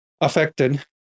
affected